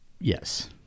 yes